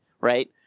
right